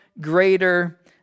greater